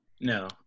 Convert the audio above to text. No